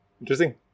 Interesting